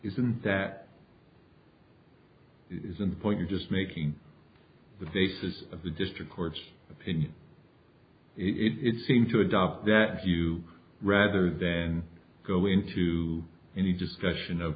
isn't that isn't the point you're just making the faces of the district court's opinion it seem to adopt that view rather than go into any discussion of